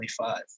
25